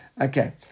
Okay